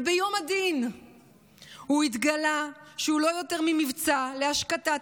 אבל ביום הדין התגלה שהוא לא יותר ממבצע להשקטת